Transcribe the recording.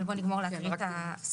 אבל בואו נגמור לקרוא את הסעיף.